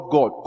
God